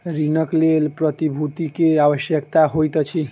ऋणक लेल प्रतिभूति के आवश्यकता होइत अछि